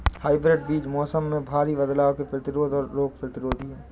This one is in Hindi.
हाइब्रिड बीज मौसम में भारी बदलाव के प्रतिरोधी और रोग प्रतिरोधी हैं